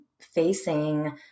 facing